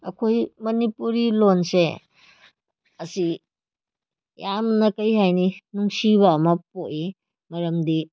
ꯑꯩꯈꯣꯏ ꯃꯅꯤꯄꯨꯔꯤ ꯂꯣꯟꯁꯦ ꯑꯁꯤ ꯌꯥꯝꯅ ꯀꯩ ꯍꯥꯏꯅꯤ ꯅꯨꯡꯁꯤꯕ ꯑꯃ ꯄꯣꯛꯏ ꯃꯔꯝꯗꯤ